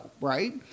Right